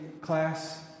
class